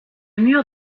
mur